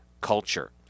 culture